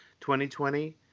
2020